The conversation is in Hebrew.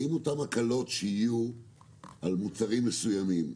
האם אותן הקלות שיהיו על מוצרים מסוימים,